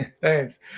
Thanks